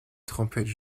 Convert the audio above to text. trompette